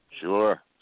Sure